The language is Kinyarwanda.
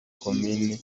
komini